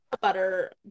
Butter